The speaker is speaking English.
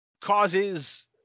causes